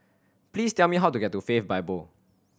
please tell me how to get to Faith Bible